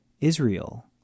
Israel